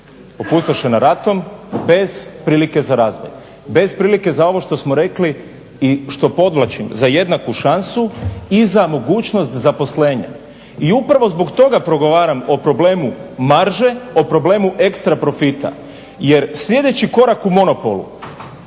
Opustošena ratom, bez prilike za razvoj, bez prilike za ovo što smo rekli i što podvlačim za jednaku šansu i za mogućnost zaposlenja i upravo zbog toga progovaramo problemu marže, o problemu ekstra profita, jer sljedeći korak u monopolu